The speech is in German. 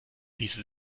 ließe